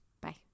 Bye